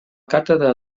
càtedra